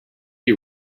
you